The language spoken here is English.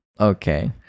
okay